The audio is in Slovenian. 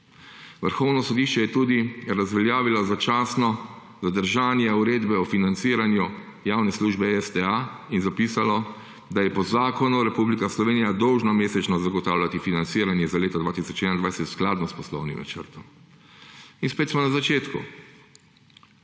Vrhovno sodišče je tudi razveljavilo začasno zadržanje uredbe o financiranju javne službe STA in zapisalo, da je po zakonu Republika Slovenija dolžna mesečno zagotavljati financiranje za leto 2021 skladno s poslovnim načrtom. In spet smo na začetku.